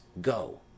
GO